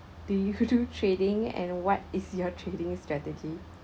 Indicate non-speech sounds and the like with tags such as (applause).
do you (laughs) do trading and what is your trading strategy